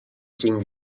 cinc